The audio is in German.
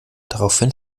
daraufhin